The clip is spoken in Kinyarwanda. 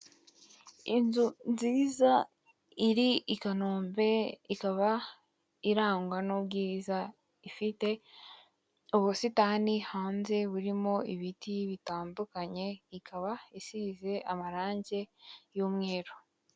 Inzu nziza iri i kanombe ikaba irangwa n'ubwiza ifite ubusitani hanze burimo ibiti bitandukanye ikaba isize amarangi y'umweru.